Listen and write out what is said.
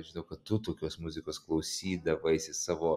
žinau kad tu tokios muzikos klausydavaisi savo